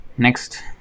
Next